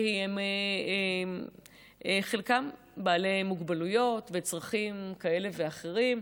כי חלקם בעלי מוגבלויות וצרכים כאלה ואחרים,